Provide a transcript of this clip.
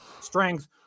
strength